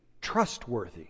trustworthy